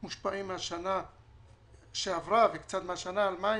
מושפעים מהשנה שעברה, וקצת מהשנה על מים